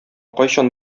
кайчан